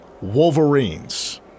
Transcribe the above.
Wolverines